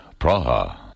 Praha